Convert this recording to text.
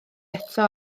eto